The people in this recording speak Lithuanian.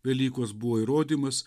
velykos buvo įrodymas